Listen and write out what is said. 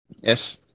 Yes